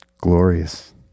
Glorious